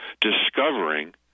discovering